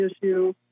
issue